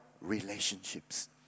relationships